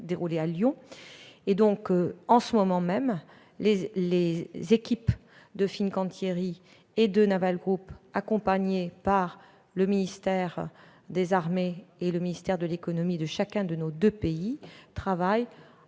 à Lyon. En ce moment même, les équipes de Fincantieri et de Naval Group, accompagnées par le ministère des armées et le ministère de l'économie de chacun de nos deux pays, travaillent